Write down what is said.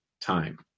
time